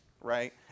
right